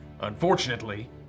unfortunately